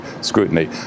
scrutiny